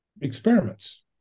experiments